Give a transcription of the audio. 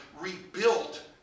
rebuilt